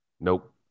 Nope